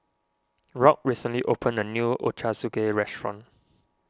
Rock recently opened a new Ochazuke restaurant